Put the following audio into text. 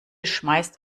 schmeißt